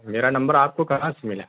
میرا نمبر آپ کو کہاں سے ملا